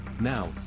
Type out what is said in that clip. Now